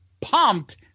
pumped